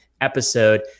episode